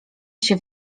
się